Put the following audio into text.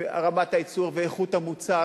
רמת הייצור ואיכות המוצר,